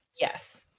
yes